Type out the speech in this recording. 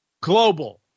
Global